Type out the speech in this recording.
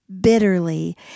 Bitterly